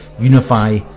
unify